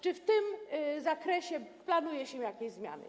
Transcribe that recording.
Czy w tym zakresie planuje się jakieś zmiany?